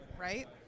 right